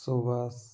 ସୁବାସ